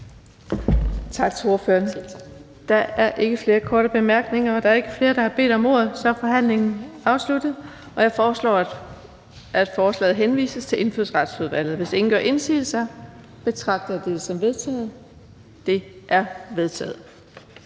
ordføreren. Der er ikke flere korte bemærkninger. Der er ikke flere, der har bedt om ordet, så forhandlingen er sluttet. Jeg foreslår, at forslaget til folketingsbeslutning henvises til Indfødsretsudvalget. Hvis ingen gør indsigelse, betragter jeg dette som vedtaget. Det er vedtaget.